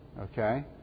Okay